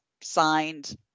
signed